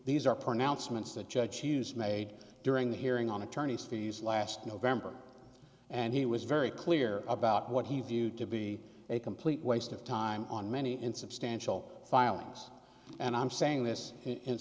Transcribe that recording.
these are pronouncements that judge choose made during the hearing on attorney's fees last november and he was very clear about what he viewed to be a complete waste of time on many insubstantial filings and i'm saying this in